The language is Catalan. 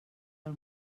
del